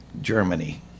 Germany